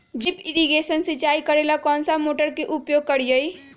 Drip irrigation सिंचाई करेला कौन सा मोटर के उपयोग करियई?